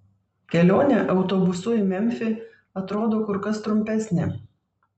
kelionė autobusu į memfį atrodo kur kas trumpesnė